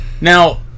Now